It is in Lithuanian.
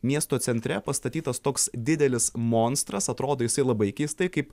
miesto centre pastatytas toks didelis monstras atrodo jisai labai keistai kaip